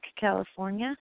California